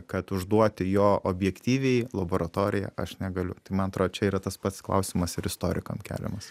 kad užduoti jo objektyviai laboratorija aš negaliu tai man atrodo čia yra tas pats klausimas ir istorikam keliamas